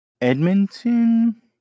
Edmonton